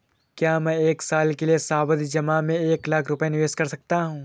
क्या मैं एक साल के लिए सावधि जमा में एक लाख रुपये निवेश कर सकता हूँ?